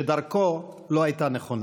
שדרכו לא הייתה נכונה,